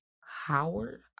Howard